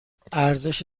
ارزش